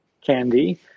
candy